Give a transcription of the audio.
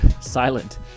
Silent